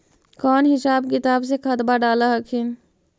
कौन हिसाब किताब से खदबा डाल हखिन?